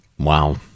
Wow